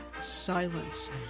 silence